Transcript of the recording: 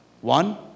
One